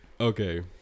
Okay